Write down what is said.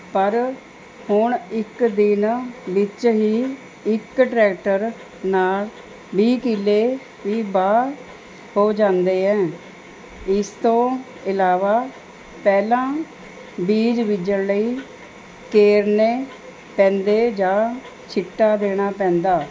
ਪਰ ਹੁਣ ਇੱਕ ਦਿਨ ਵਿੱਚ ਹੀ ਇੱਕ ਟਰੈਕਟਰ ਨਾਲ ਵੀਹ ਕਿੱਲੇ ਵੀ ਵਾਹ ਹੋ ਜਾਂਦੇ ਹੈ ਇਸ ਤੋਂ ਇਲਾਵਾ ਪਹਿਲਾਂ ਬੀਜ ਬਿਜਣ ਲਈ ਕੇਰਨੇ ਪੈਂਦੇ ਜਾਂ ਛਿੱਟਾ ਦੇਣਾ ਪੈਂਦਾ